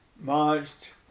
marched